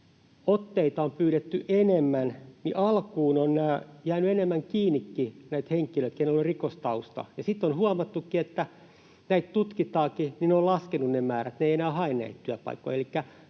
otteita on pyydetty enemmän, niin alkuun on jäänyt enemmän kiinnikin näitä henkilöitä, kenellä on rikostausta, ja sitten kun on huomattu, että näitä tutkitaankin, niin ne määrät ovat laskeneet. He eivät enää hae näitä työpaikkoja.